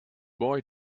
boy